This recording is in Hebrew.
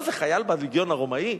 מה זה חייל בלגיון הרומאי.